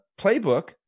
playbook